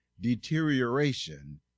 deterioration